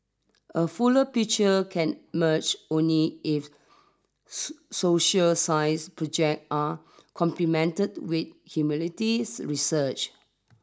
a fuller picture can emerge only if so social science project are complemented with humanities research